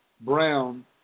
Brown